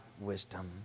wisdom